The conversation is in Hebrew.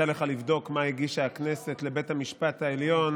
לבדוק מה הגישה הכנסת לבית המשפט העליון